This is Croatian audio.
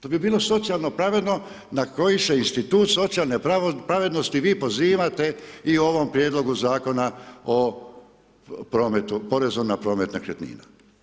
To bi bilo socijalno pravedno, na koji se institut socijalne pravednosti vi pozivate i u ovom prijedlogu zakona o porezu na promet nekretnina.